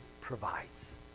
provides